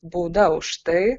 bauda už tai